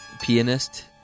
pianist